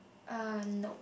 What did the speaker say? uh no